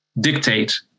dictate